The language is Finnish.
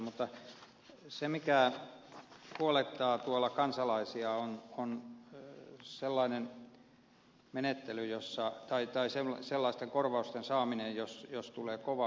mutta se mikä huolettaa tuolla kansalaisia on sellaisten korvausten saaminen jos tulee kova vesisade